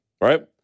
right